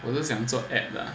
我是想做 app lah